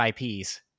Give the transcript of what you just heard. ips